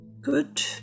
good